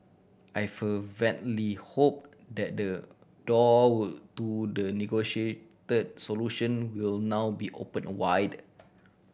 I fervently hope that the door to the negotiate solution will now be opened a wide